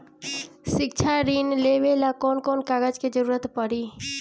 शिक्षा ऋण लेवेला कौन कौन कागज के जरुरत पड़ी?